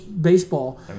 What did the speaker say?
baseball